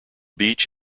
beach